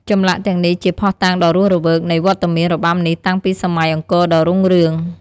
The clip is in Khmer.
ចម្លាក់ទាំងនេះជាភស្តុតាងដ៏រស់រវើកនៃវត្តមានរបាំនេះតាំងពីសម័យអង្គរដ៏រុងរឿង។